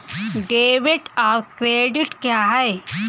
Debit और credit क्या है?